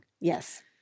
Yes